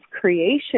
creation